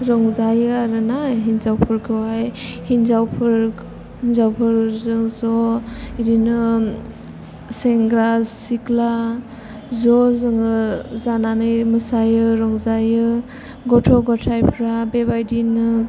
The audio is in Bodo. रंजायो आरो ना हिन्जावफोरखौहाय हिन्जावफोरजों ज' बिदिनो सेंग्रा सिख्ला ज' जोङो जानानै मोसायो रंजायो गथ' गथायफ्रा बेबायदिनो